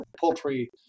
poultry